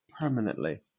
permanently